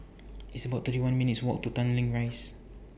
It's about thirty one minutes' Walk to Tanglin Rise